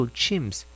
chimps